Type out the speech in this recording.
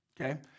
okay